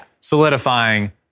Solidifying